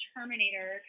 Terminator